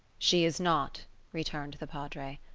she is not returned the padre,